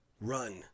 Run